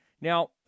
Now